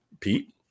Pete